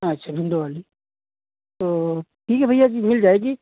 अच्छा विंडो वाली तो ठीक है भैया जी मिल जाएगी